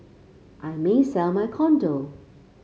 I may sell my condo